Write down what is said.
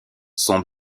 son